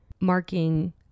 marking